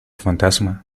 fantasma